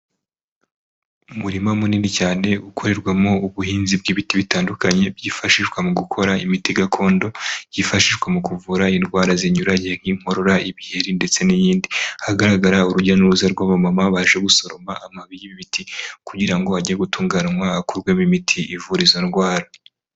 Umurima munini cyane ukorerwamo ubuhinzi bw'ibiti bitandukanye byifashishwa mu gukora imiti gakondo yifashishwa mu kuvura indwara zinyuranye nk'inkorora ibiheri ndetse n'iyindi ,hagaragara urujya n'uruza rw'abamama basha gusoroma amababi y'ibiti kugira ngo ajye gutunganywa hakorwemo imiti ivura izo ndwara.